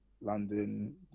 London